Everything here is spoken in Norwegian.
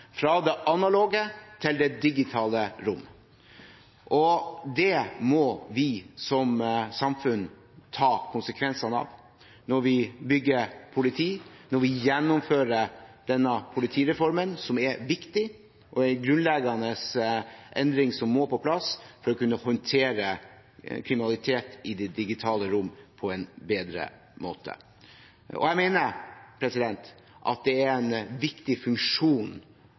fra det analoge til det digitale rom. Det må vi som samfunn ta konsekvensene av når vi bygger politi, når vi gjennomfører politireformen, som er en viktig og grunnleggende endring, som må på plass for å kunne håndtere kriminalitet i det digitale rom på en bedre måte. Jeg mener det er en viktig funksjon